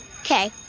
Okay